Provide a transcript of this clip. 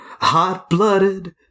hot-blooded